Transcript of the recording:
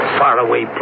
faraway